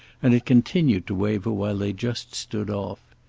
and it continued to waver while they just stood off.